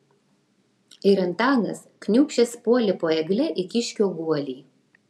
ir antanas kniūbsčias puolė po egle į kiškio guolį